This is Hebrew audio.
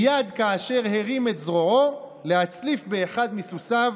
מייד כאשר הרים את זרועו להצליף באחד מסוסיו,